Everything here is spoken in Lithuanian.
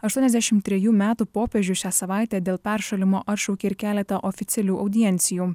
aštuoniasdešim trejų metų popiežius šią savaitę dėl peršalimo atšaukė ir keletą oficialių audiencijų